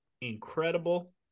incredible